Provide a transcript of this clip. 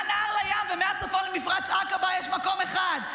מהנהר לים ומהצפון למפרץ עקבה יש מקום אחד,